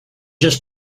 just